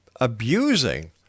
abusing